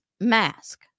mask